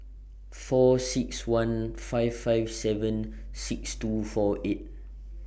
four six one five five seven six two four eight